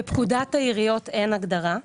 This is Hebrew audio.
בפקודת העיריות אין הגדרה.